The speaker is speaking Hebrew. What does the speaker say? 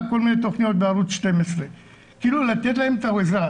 תכניות בערוץ 12. לתת להם את ה ---.